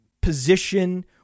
position